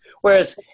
Whereas